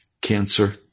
cancer